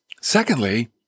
Secondly